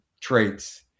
traits